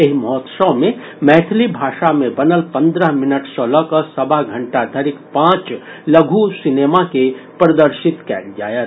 एहि महोत्सव मे मैथिली भाषा मे बनल पंद्रह मिनट सॅ लऽकऽ सवा घंटा धरिक पांच लघु सिनेमा के प्रदर्शित कयल जायत